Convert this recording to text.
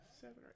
seven